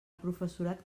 professorat